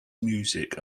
music